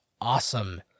awesome